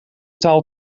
taal